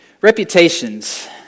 Reputations